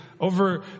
over